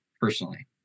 personally